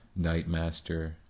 Nightmaster